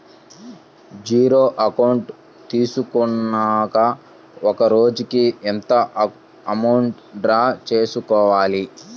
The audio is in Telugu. జీరో అకౌంట్ తీసుకున్నాక ఒక రోజుకి ఎంత అమౌంట్ డ్రా చేసుకోవాలి?